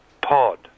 Pod